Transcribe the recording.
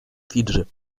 фиджи